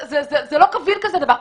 זה לא קביל כזה דבר.